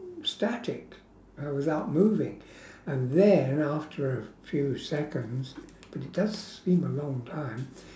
static I was out moving and then after a few seconds but it does seem a long time